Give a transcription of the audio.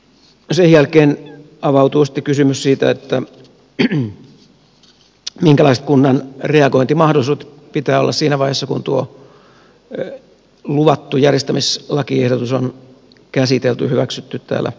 sen jälkeen avautuu sitten kysymys siitä minkälaiset kunnan reagointimahdollisuuksien pitää olla siinä vaiheessa kun tuo luvattu järjestämislakiehdotus on käsitelty ja hyväksytty täällä talossa